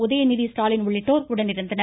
உதயநிதி ஸ்டாலின் உள்ளிட்டோர் உடனிருந்தனர்